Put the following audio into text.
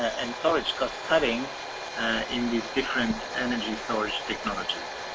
ah encourage cost cutting in this different energy storage technologies.